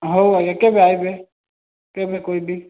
ହଉ ଆଜ୍ଞା କେବେ ଆଇବେ କେବେ କହିବି